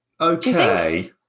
Okay